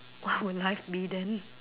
what would life be then